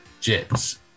Jets